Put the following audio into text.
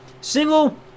Single